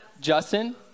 Justin